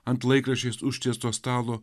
ant laikraščiais užtiesto stalo